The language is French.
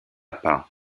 pas